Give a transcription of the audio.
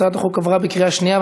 הצעת החוק עברה בקריאה שנייה.